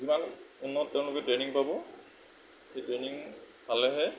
যিমান উন্নত তেওঁলোকে ট্ৰেইনিং পাব সেই ট্ৰেইনিং পালেহে